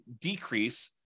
decrease